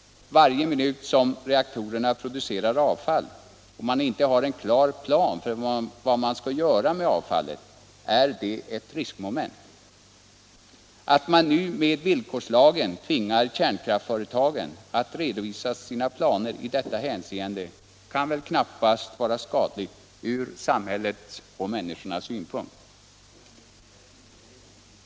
Varje minut som reaktorerna producerar avfall och man inte har en klar plan för vad man skall göra med avfallet är ett riskmoment. Att man nu med villkorslagen tvingar kärnkraftsföretagen att redovisa sina planer i detta hänseende kan väl knappast vara skadligt från samhällets och människornas synpunkt.